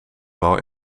wel